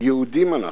יהודים אנחנו.